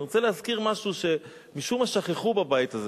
אני רוצה להזכיר משהו שמשום מה שכחו בבית הזה: